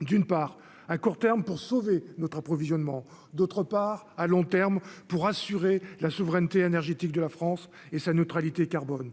d'une part, à court terme pour sauver notre approvisionnement, d'autre part à long terme pour assurer la souveraineté énergétique de la France et sa neutralité carbone